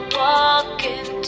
walking